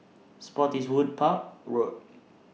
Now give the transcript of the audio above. Spottiswoode Park Road